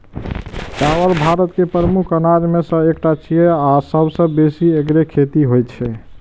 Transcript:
चावल भारत के प्रमुख अनाज मे सं एकटा छियै आ सबसं बेसी एकरे खेती होइ छै